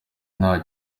nta